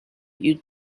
you